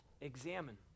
Examine